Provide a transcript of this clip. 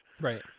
Right